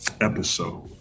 episode